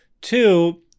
Two